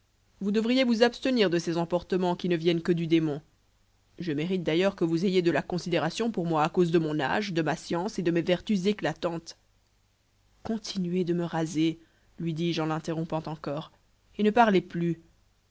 vous devriez vous abstenir de ces emportements qui ne viennent que du démon je mérite d'ailleurs que vous ayez de la considération pour moi à cause de mon âge de ma science et de mes vertus éclatantes continuez de me raser lui dis-je en l'interrompant encore et ne parlez plus